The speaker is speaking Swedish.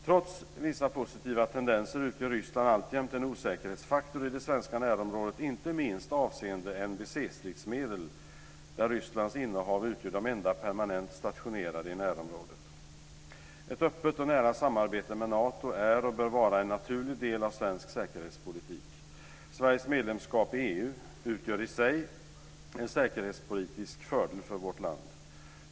Trots vissa positiva tendenser utgör Ryssland alltjämt en osäkerhetsfaktor i det svenska närområdet, inte minst avseende NBC-stridsmedel, där Rysslands innehav utgör de enda permanent stationerade i närområdet. Ett öppet och nära samarbete med Nato är och bör vara en naturlig del av svensk säkerhetspolitik. Sveriges medlemskap i EU utgör i sig en säkerhetspolitisk fördel för vårt land.